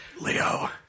Leo